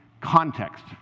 context